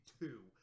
two